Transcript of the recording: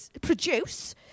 produce